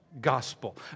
Gospel